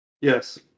Yes